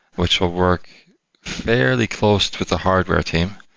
which will work fairly close with the hardware team.